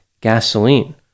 gasoline